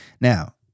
now